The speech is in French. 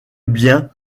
bien